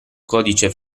codice